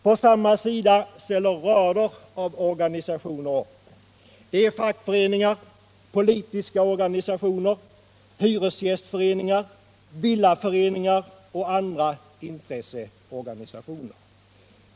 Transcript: På samma sida ställer rader av organisationer upp. Det är fackföreningar, politiska organisationer, hyresgästföreningar, villaföreningar och andra intresseorganisationer.